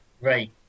Right